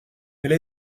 elle